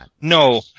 No